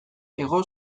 hego